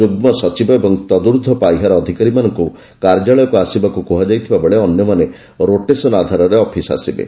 ଯୁଗ୍ମସଚିବ ଏବଂ ତଦ୍ଦୁର୍ଦ୍ଧ୍ୱ ପାହ୍ୟାର ଅଧିକାରୀମାନଙ୍କୁ କାର୍ଯ୍ୟାଳୟକୁ ଆସିବାକୁ କୁହାଯାଇଥିବା ବେଳେ ଅନ୍ୟମାନେ ରୋଟେସନ୍ ଆଧାରରେ ଅଫିସ ଆସିବେ